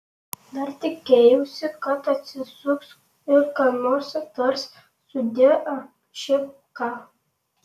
dar tikėjausi kad atsisuks ir ką nors tars sudie ar šiaip ką